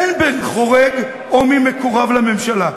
אין בן חורג או מי מקורב לממשלה.